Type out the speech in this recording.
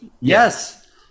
yes